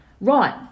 Right